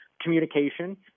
communication